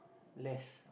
less